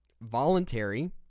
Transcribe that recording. voluntary